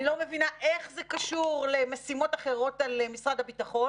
אני לא מבינה איך זה קשור למשימות אחרות על משרד הביטחון,